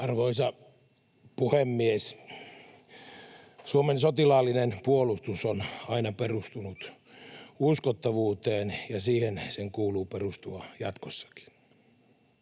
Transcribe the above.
Arvoisa puhemies! Suomen sotilaallinen puolustus on aina perustunut uskottavuuteen, ja siihen sen kuuluu perustua jatkossakin.